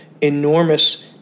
enormous